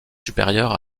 supérieure